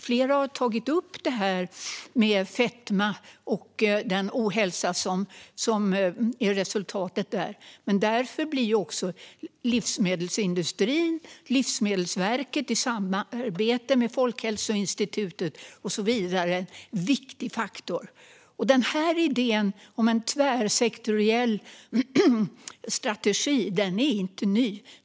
Flera har tagit upp fetma och den ohälsa som är resultatet av den. Därför blir livsmedelsindustrin i samarbete med Livsmedelsverket, Folkhälsoinstitutet och så vidare en viktig faktor. Idén om en tvärsektoriell strategi är inte ny.